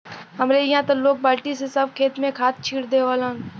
हमरे इहां त लोग बल्टी से सब खेत में खाद छिट देवलन